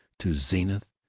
to zenith.